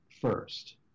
first